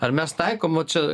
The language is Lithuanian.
ar mes taikom vat čia